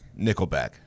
Nickelback